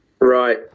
Right